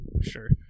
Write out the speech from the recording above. Sure